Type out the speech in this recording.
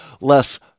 less